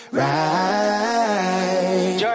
right